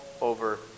over